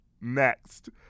next